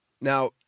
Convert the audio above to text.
Now